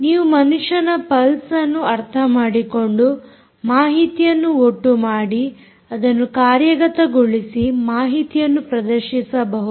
ನೀವು ಮನುಷ್ಯನ ಪಲ್ಸ್ ಅನ್ನು ಅರ್ಥ ಮಾಡಿಕೊಂಡು ಮಾಹಿತಿಯನ್ನು ಒಟ್ಟುಮಾಡಿ ಅದನ್ನು ಕಾರ್ಯಗತಗೊಳಿಸಿ ಮಾಹಿತಿಯನ್ನು ಪ್ರದರ್ಶಿಸಬಹುದು